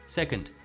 second,